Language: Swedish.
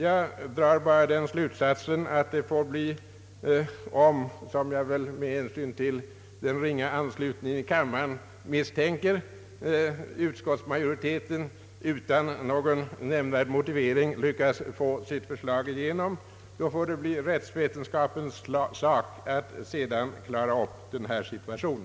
Jag drar bara den slutsatsen att om — som jag med hänsyn till den ringa anslutningen i kammaren misstänker — utskottsmajoriteten utan någon nämnvärd motivering lyckats få sitt förslag igenom, får det bli rättsvetenskapens sak att sedan klara upp denna situation.